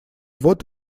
вот